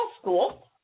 School